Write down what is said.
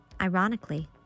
Ironically